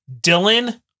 Dylan